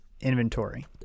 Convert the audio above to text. inventory